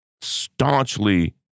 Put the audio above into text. staunchly